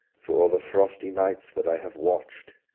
for all the frosty nights that i have watch'd,